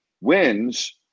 wins –